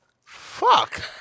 fuck